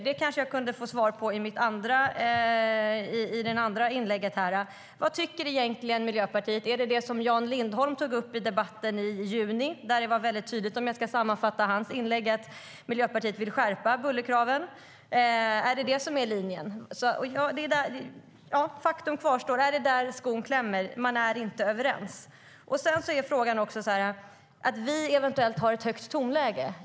Det kanske jag kan få svar på i nästa inlägg. Vad tycker egentligen Miljöpartiet? Är det det som Jan Lindholm tog upp i debatten i juni? Om jag ska sammanfatta hans inlägg var det väldigt tydligt att Miljöpartiet vill skärpa bullerkraven. Är det det som är linjen? Faktum kvarstår: Är det där skon klämmer, att man inte är överens? Det sades att vi har ett högt tonläge.